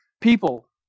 people